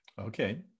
Okay